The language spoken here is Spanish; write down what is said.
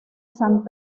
san